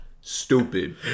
Stupid